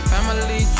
Family